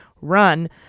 run